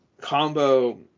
combo